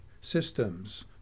systems